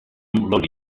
lodi